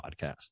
podcast